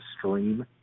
stream